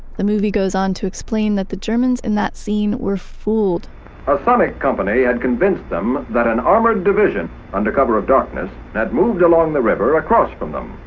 the movie goes on to explain that the germans in that scene were fooled a sonic company had convinced them that an armored division under cover of darkness had moved along the river across from them.